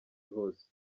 hose